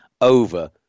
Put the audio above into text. over